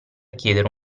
chiedere